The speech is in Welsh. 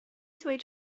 ddweud